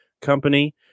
Company